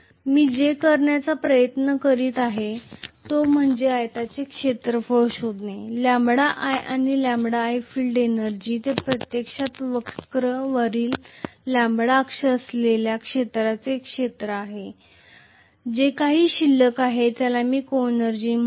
मी जे करण्याचा प्रयत्न करीत आहे तो म्हणजे आयताचे क्षेत्रफळ शोधणे λi आणि λi फील्ड एनर्जी जे प्रत्यक्षात वक्रावरील λ अक्ष असलेल्या क्षेत्राचे क्षेत्र आहे जे काही शिल्लक आहे त्याला मी सहऊर्जाको एनर्जी म्हणतो